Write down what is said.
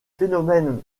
phénomènes